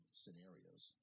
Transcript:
scenarios